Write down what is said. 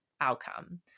outcome